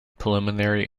preliminary